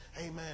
Amen